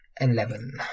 Eleven